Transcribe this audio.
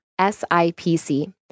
SIPC